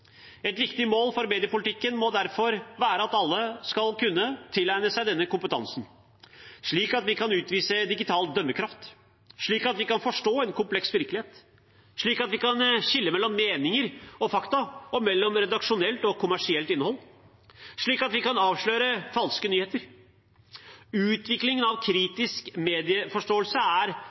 Et viktig mål for mediepolitikken må derfor være at alle skal kunne tilegne seg denne kompetansen – slik at vi kan utvise digital dømmekraft, slik at vi kan forstå en kompleks virkelighet, slik at vi kan skille mellom meninger og fakta og mellom redaksjonelt og kommersielt innhold, slik at vi kan avsløre falske nyheter. Utvikling av kritisk medieforståelse er